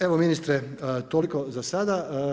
Evo ministre toliko za sada.